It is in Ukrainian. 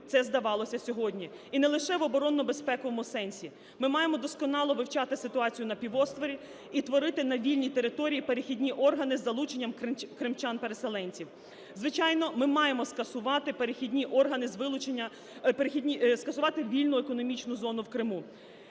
це здавалося сьогодні, і не лише воборонно-безпековому сенсі. Ми маємо досконало вивчати ситуацію на півострові і творити на вільній території перехідні органи з залученням кримчан-переселенців. Звичайно, ми маємо скасувати перехідні органи